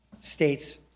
states